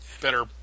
better